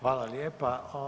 Hvala lijepa.